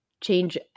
change